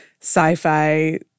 sci-fi